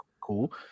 Cool